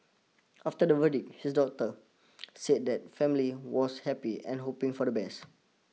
after the verdict his daughter said the family was happy and hoping for the best